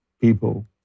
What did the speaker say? people